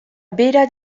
bera